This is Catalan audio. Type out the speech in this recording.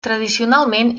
tradicionalment